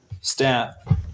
staff